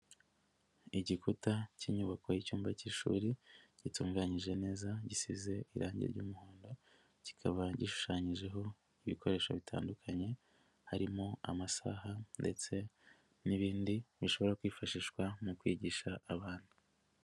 Igikuta k'inyubako y'icyumba k'ishuri gitunganyije neza gisize irangi ry'umuhondo kikaba gishushanyijeho ibikoresho bitandukanye harimo amasaha ndetse n'ibindi bishobora kwifashishwa mu kwigisha abantu.